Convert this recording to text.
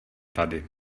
tady